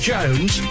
Jones